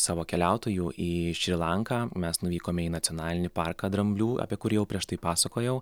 savo keliautojų į šri lanką mes nuvykome į nacionalinį parką dramblių apie kurį jau prieš tai pasakojau